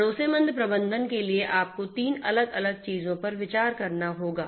भरोसेमंद प्रबंधन के लिए आपको 3 अलग अलग चीजों पर विचार करना होगा